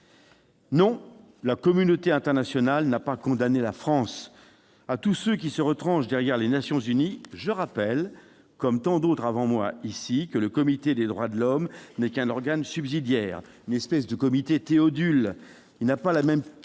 Non, la communauté internationale n'a pas condamné la France ! À tous ceux qui se retranchent derrière les Nations unies, je rappelle, comme tant d'autres avant moi ici, que le Comité des droits de l'homme n'est qu'un organe subsidiaire, une espèce de comité Théodule. Il n'a pas la même